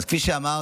אז כפי שאמרת,